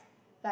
like